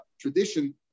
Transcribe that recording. tradition